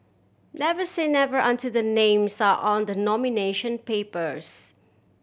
never say never until the names are on the nomination papers